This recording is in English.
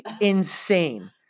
insane